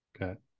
Okay